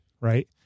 right